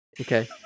Okay